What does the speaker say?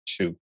two